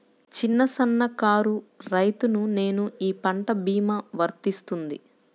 చిన్న సన్న కారు రైతును నేను ఈ పంట భీమా వర్తిస్తుంది?